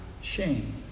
shame